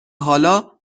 حالا